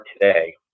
today